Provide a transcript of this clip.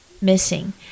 missing